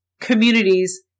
communities